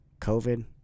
covid